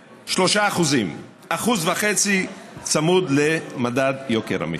3%: 1.5% צמודים למדד יוקר המחיה,